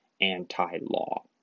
anti-law